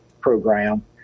Program